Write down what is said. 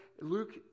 Luke